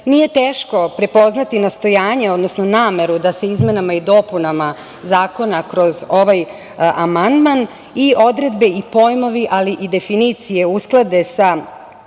nije teško prepoznati nastojanje, odnosno nameru da se izmenama i dopunama zakona kroz ovaj amandman i odredbe i pojmovi, ali i definicije usklade sa